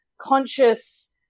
conscious